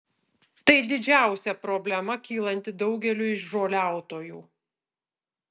tai didžiausia problema kylanti daugeliui žoliautojų